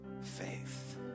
faith